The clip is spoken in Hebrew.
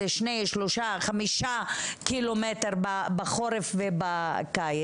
שזכות הילדים הבסיסית לחינוך ולמסגרת לא תיפגע.